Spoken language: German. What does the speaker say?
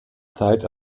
zeit